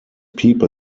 people